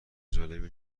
جالبی